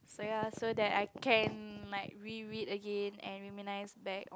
so ya so that I can like re read again and reminisce back